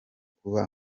kuba